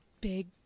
big